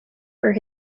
for